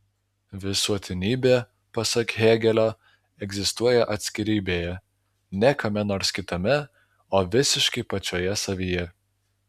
visuotinybė pasak hėgelio egzistuoja atskirybėje ne kame nors kitame o visiškai pačioje savyje